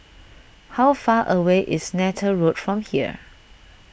how far away is Neythal Road from here